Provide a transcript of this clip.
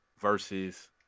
versus